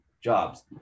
jobs